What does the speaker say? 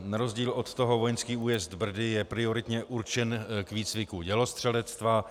Na rozdíl od toho vojenský újezd Brdy je prioritně určen k výcviku dělostřelectva.